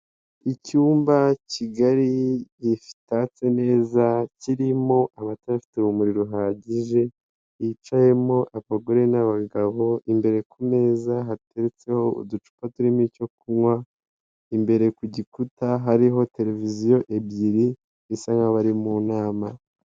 Icyumba kigari gitatse neza kirimo amatara afite urumuri ruhagije, hicayemo abagore n'abagabo, imbere ku meza hateretseho uducupa turimo icyo kunywa, imbere ku gikuta hariho televiziyo ebyiri bisa nk'abari mu nama.